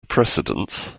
precedence